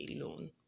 alone